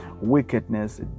wickedness